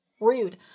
rude